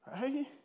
Right